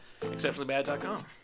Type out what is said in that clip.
exceptionallybad.com